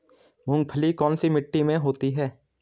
मूंगफली कौन सी मिट्टी में होती है?